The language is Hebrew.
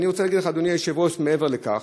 אני רוצה להגיד לך, אדוני היושב-ראש, מעבר לכך.